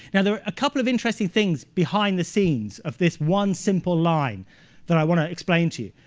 now, there are a couple of interesting things behind the scenes of this one simple line that i want to explain to